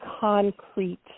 concrete